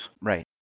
Right